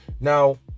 Now